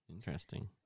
Interesting